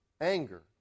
anger